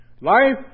Life